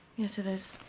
yes, it is.